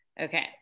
Okay